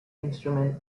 instrument